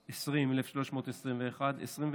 2020, 1,321, 2021,